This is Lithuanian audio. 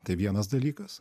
tai vienas dalykas